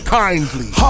kindly